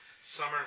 Summer